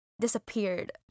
disappeared